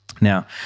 Now